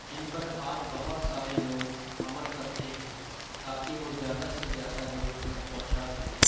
جن پر آج بہت سارے لوگ عمل کرتے ہیں تاکہ وہ زیادہ سے زیادہ لوگوں تک پہونچا سکیں